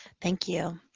thank you.